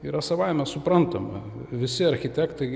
yra savaime suprantama visi architektai